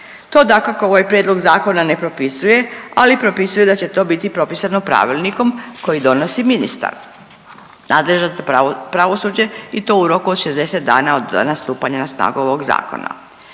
To dakako ovaj prijedlog zakona ne propisuje, ali propisuje da će to biti propisano pravilnikom koji donosi ministar nadležan za pravosuđe i to u roku od 60 dana od dana stupanja na snagu ovog zakona.